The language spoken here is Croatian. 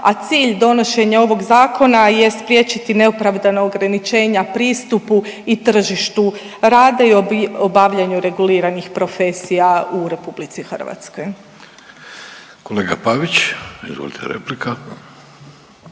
a cilj donošenja ovog Zakona je spriječiti neopravdana ograničenja pristupu i tržištu rada i obavljanju reguliranih profesija u RH. **Vidović, Davorko (Socijaldemokrati)** Kolega Pavić, izvolite, replika.